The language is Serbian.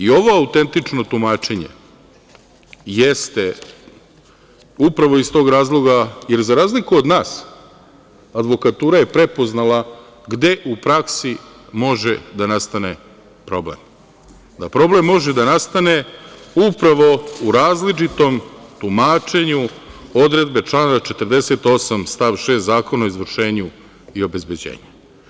Ovo autentično tumačenje jeste upravo iz tog razloga, jer za razliku od nas, advokatura je prepoznala gde u praksi može da nastane problem, da problem može da nastane upravo u različitom tumačenju odredbe člana 48. stav 6. Zakona o izvršenju i obezbeđenju.